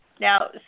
now